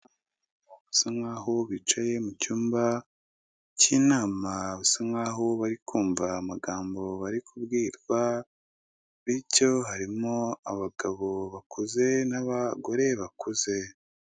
Basa nkaho bicaye mu cyumba cy'inama, basa nkaho bari kumva amagambo bari kubwirwa, bityo harimo abagabo bakuze n'abagore bakuze.